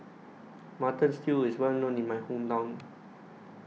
Mutton Stew IS Well known in My Hometown